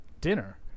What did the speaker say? dinner